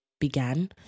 began